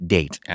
Date